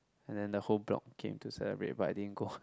and then the whole block came to celebrate but then I didn't go